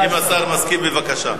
אם השר מסכים, בבקשה.